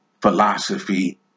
philosophy